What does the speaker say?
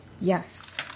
Yes